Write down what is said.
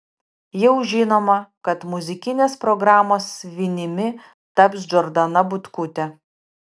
jau žinoma kad muzikinės programos vinimi taps džordana butkutė